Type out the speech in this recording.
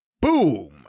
Boom